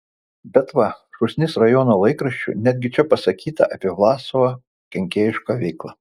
bet va šūsnis rajono laikraščių netgi čia pasakyta apie vlasovo kenkėjišką veiklą